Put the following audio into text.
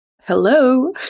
Hello